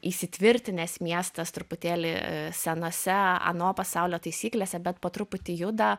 įsitvirtinęs miestas truputėlį senose ano pasaulio taisyklėse bet po truputį juda